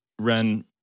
Ren